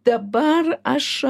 dabar aš